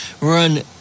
run